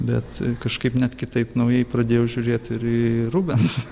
bet kažkaip net kitaip naujai pradėjau žiūrėt ir rubensą